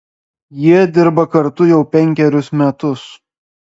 jie dirba kartu jau penkerius metus